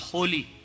Holy